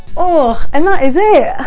ah and that is it!